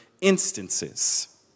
instances